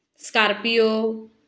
scorpio